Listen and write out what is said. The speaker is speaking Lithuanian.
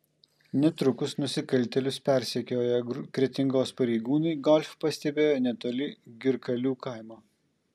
netrukus nusikaltėlius persekioję kretingos pareigūnai golf pastebėjo netoli girkalių kaimo